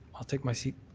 i'll take my seat.